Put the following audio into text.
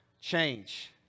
change